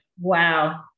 wow